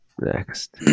next